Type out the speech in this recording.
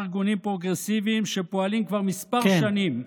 ארגונים פרוגרסיביים שפועלים כבר כמה שנים,